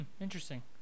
Interesting